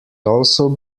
also